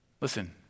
Listen